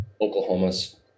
Oklahoma's